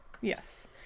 Yes